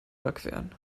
überqueren